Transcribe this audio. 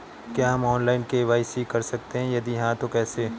क्या हम online KYC कर सकते हैं यदि हाँ तो कैसे?